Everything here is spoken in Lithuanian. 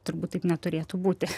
turbūt taip neturėtų būti